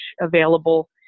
available